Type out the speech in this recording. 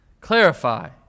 clarify